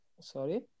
Sorry